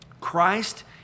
Christ